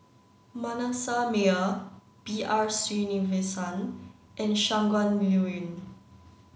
Manasseh Meyer B R Sreenivasan and Shangguan Liuyun